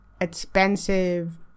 expensive